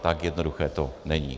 Tak jednoduché to není.